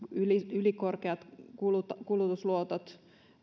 ylikorkeat kulutusluotot